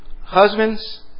husbands